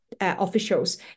officials